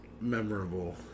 memorable